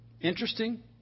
Interesting